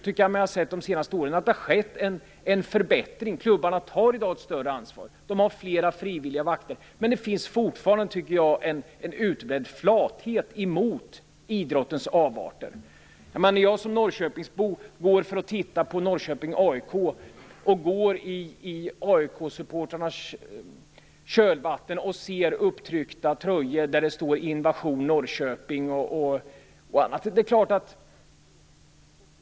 Under de senaste åren tycker jag mig ha sett en förbättring. Klubbarna tar i dag ett större ansvar med fler frivilliga vakter. Men det finns fortfarande en utbredd flathet inför idrottens avarter. När jag som Norrköpingsbo går för att titta på en fotbollsmatch mellan Norrköping och AIK ser jag AIK-supportrar med upptryckta tröjor där det står Invasion Norrköping och annat.